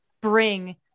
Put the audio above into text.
bring